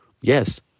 yes